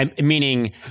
meaning